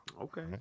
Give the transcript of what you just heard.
okay